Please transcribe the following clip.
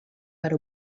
per